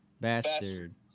bastard